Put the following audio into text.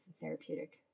therapeutic